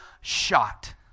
shot